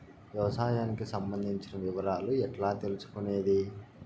వ్యవసాయానికి సంబంధించిన వివరాలు ఎట్లా తెలుసుకొనేది?